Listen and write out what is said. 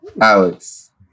Alex